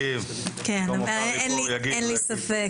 תגידו לנו תוך כדי הדיון מתי אתם רוצים להתייחס.